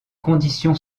condition